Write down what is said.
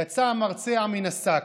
יצא המרצע מן השק: